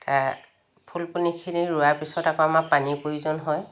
ফুলপুনিখিনি ৰোৱাৰ পিছত আকৌ আমাৰ পানীৰ প্ৰয়োজন হয়